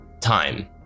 time